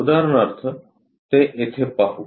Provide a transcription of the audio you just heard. उदाहरणार्थ ते येथे पाहू